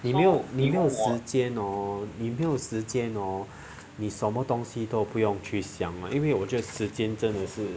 你没有时间 hor 你没有时间 hor 你什么东西都不用去想因为我觉得时间真的是